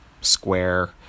square